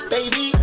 Baby